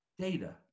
data